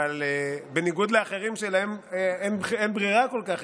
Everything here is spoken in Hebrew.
בניגוד לאחרים שלהם אין ברירה כל כך,